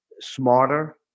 smarter